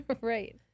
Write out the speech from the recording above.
Right